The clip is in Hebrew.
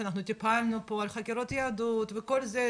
שאנחנו טיפלנו פה על חקירות יהדות וכל זה,